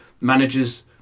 managers